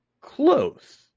close